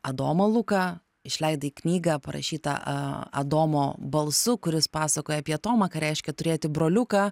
adomą luką išleidai knygą parašytą adomo balsu kuris pasakoja apie tomą ką reiškia turėti broliuką